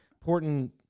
important